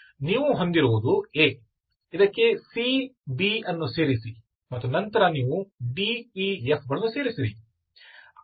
ನೀವು ಹೊಂದಿರುವುದು A ಇದಕ್ಕೆ C B ಅನ್ನು ಸೇರಿಸಿ ಮತ್ತು ನಂತರ ನೀವು D E F ಗಳನ್ನು ಸೇರಿಸಿರಿ